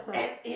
and it